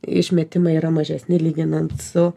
išmetimai yra mažesni lyginant su